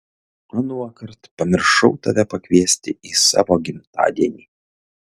anuokart pamiršau tave pakviesti į savo gimtadienį